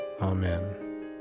Amen